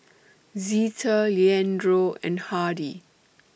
Zeta Leandro and Hardy